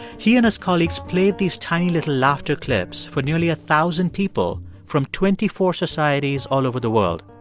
he and his colleagues played these tiny little laughter clips for nearly a thousand people from twenty four societies all over the world.